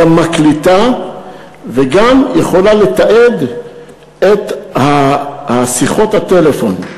גם מקליטה וגם יכולה לתעד את שיחות הטלפון.